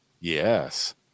Yes